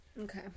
Okay